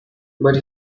but